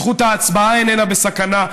זכות ההצבעה איננה בסכנה.